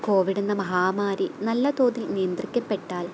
Covid എന്ന മഹാമാരി നല്ല തോതിൽ നിയന്ത്രിക്കപ്പെട്ടാൽ